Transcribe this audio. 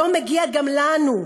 לא מגיע גם לנו,